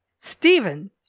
Stephen